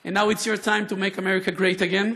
and now it's your time to make America great again.